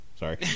Sorry